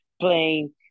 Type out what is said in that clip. playing